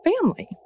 family